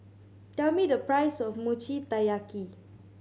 tell me the price of Mochi Taiyaki